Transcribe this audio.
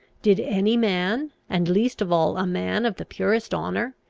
did any man, and, least of all, a man of the purest honour,